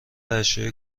اشیاء